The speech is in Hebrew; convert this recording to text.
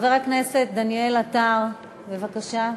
חבר הכנסת דניאל עטר, בבקשה.